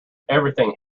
everything